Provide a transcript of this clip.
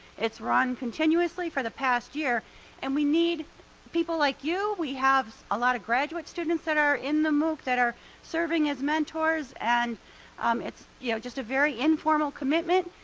it's run continuously for the past year and we need people like you. we have a lot of graduate students that are in the mooc that are serving as mentors, and um it's you know just a very informal commitment.